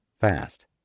fast